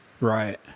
Right